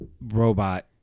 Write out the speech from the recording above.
robot